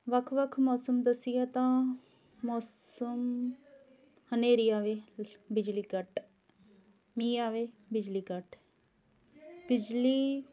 ਵੱਖ ਵੱਖ ਮੌਸਮ ਦੱਸੀਏ ਤਾਂ ਮੌਸਮ ਹਨੇਰੀ ਆਵੇ ਬਿਜਲੀ ਕੱਟ ਮੀਂਹ ਆਵੇ ਬਿਜਲੀ ਕੱਟ ਬਿਜਲੀ